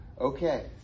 okay